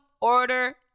Order